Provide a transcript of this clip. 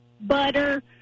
butter